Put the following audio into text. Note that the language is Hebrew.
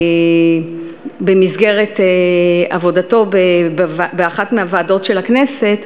במסגרת עבודתו באחת מהוועדות של הכנסת,